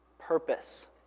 purpose